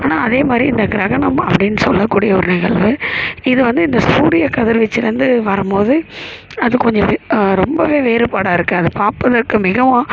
ஆனால் அதே மாதிரி இந்த கிரகணமும் அப்படின்னு சொல்லக்கூடிய ஒரு நிகழ்வு இது வந்து இந்த சூரிய கதிர்வீச்சில் இருந்து வரும் போது அது கொஞ்சம் இது ரொம்பவே வேறுபாடாக இருக்குது அதை பார்ப்பதற்கு மிகவும்